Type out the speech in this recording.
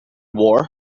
war